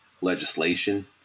legislation